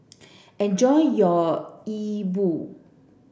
enjoy your Yi Bua